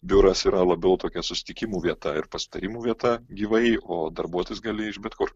biuras yra labiau tokia susitikimų vieta ir pasitarimų vieta gyvai o darbuotis gali iš bet kur